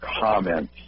comments